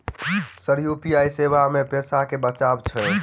Sir UPI सेवा मे पैसा केँ बचाब छैय?